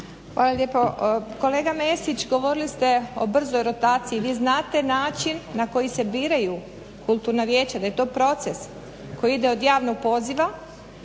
Tatjana (SDP)** Kolega Mesić govorili ste o brzoj rotaciji, vi znate način na koji se biraju kulturna vijeća da je to proces koji ide od javnog poziva